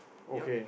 your